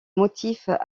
motifs